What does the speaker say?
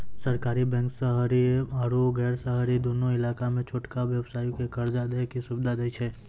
सहकारी बैंक शहरी आरु गैर शहरी दुनू इलाका मे छोटका व्यवसायो के कर्जा दै के सुविधा दै छै